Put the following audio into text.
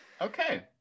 Okay